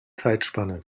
zeitspanne